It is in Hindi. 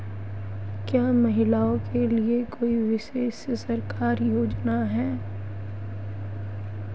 क्या महिलाओं के लिए कोई विशेष सरकारी योजना है?